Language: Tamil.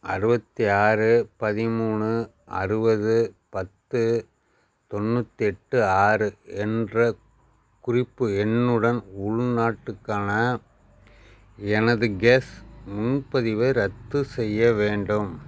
அறுபத்தி ஆறு பதிமூணு அறுபது பத்து தொண்ணூத்தெட்டு ஆறு என்ற குறிப்பு எண்ணுடன் உள்நாட்டுக்கான எனது கேஸ் முன்பதிவை ரத்து செய்ய வேண்டும்